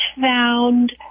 found